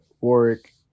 Warwick